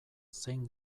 zein